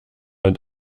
und